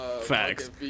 Facts